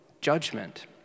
judgment